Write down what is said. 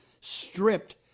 stripped